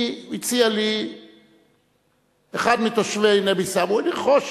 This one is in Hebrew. הציע לי אחד מתושבי נבי-סמואל לרכוש